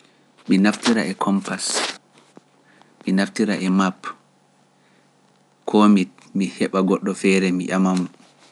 Mi naftira e compass, mi naftira e map ko mi heba goddo fere mi yama mo